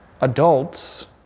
adults